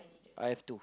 I have to